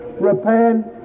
repent